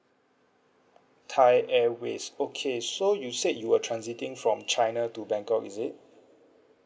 thai airways okay so you said you were transiting from china to bangkok is it